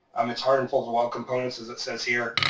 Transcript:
um it's harmful to well components, as it says here.